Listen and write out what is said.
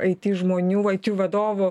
aiti žmonių aitiu vadovų